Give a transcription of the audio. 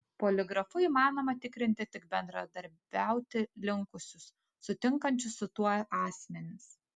poligrafu įmanoma tikrinti tik bendradarbiauti linkusius sutinkančius su tuo asmenis